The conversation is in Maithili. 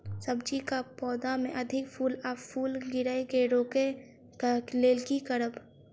सब्जी कऽ पौधा मे अधिक फूल आ फूल गिरय केँ रोकय कऽ लेल की करब?